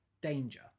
danger